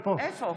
היא פה.